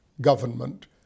government